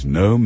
no